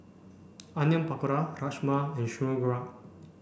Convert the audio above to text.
Onion Pakora Rajma and Sauerkraut